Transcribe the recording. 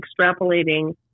extrapolating